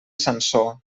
sansor